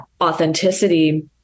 authenticity